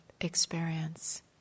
experience